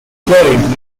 buried